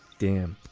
damn.